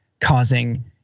causing